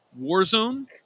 Warzone